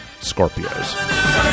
Scorpios